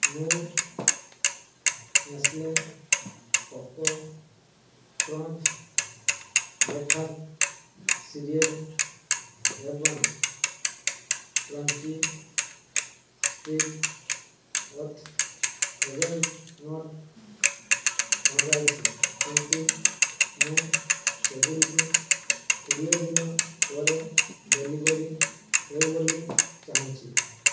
ମୁଁ Nestle Koko Krunch breakfast cereal ଏବଂ crunchy spit oats hazelnut ମଗାଇଛି କିନ୍ତୁ ମୁଁ ସେଗୁଡ଼ିକୁ କୋଡ଼ିଏ ଦିନ ପରେ ଡ଼େଲିଭରୀ ହେଉ ବୋଲି ଚାହୁଁଛି